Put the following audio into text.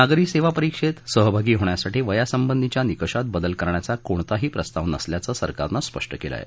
नागरी सेवा परिक्षेत सहभागी होण्यासाठी वयासंबंधीच्या निकषात बदल करण्याचा कोणताही प्रस्ताव नसल्याचं सरकारनं स्पष्ट केलं आहे